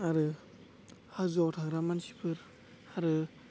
आरो हाजोआव थाग्रा मानसिफोर आरो